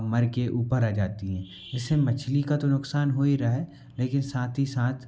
मर के ऊपर आ जाती हैं जिससे मछली का तो नुक्सान हो ही रहा है लेकिन साथ ही साथ